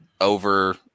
over